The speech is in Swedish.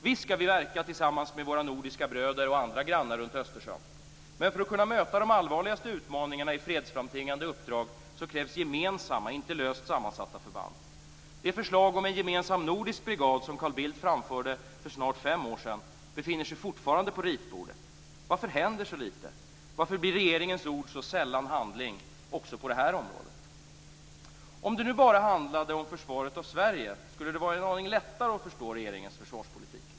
Visst skall vi verka tillsammans med våra nordiska bröder och andra grannar runt Östersjön, men för att kunna möta de allvarligaste utmaningarna i fredsframtvingande uppdrag krävs gemensamma - inte löst sammansatta - förband. Det förslag om en gemensam nordisk brigad som Carl Bildt framförde för snart fem år sedan befinner sig fortfarande på ritbordet. Varför händer så lite? Varför blir regeringens ord så sällan handling också på det här området? Om det nu bara handlade om försvaret av Sverige skulle det vara en aning lättare att förstå regeringens försvarspolitik.